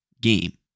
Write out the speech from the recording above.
game